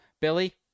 billy